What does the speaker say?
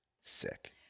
sick